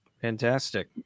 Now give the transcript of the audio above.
Fantastic